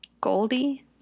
Goldie